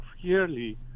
clearly